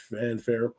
fanfare